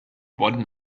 one